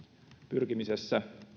pyrkimisessä